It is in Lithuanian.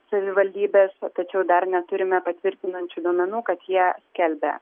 savivaldybės tačiau dar neturime patvirtinančių duomenų kad jie skelbia